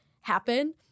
happen